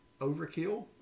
overkill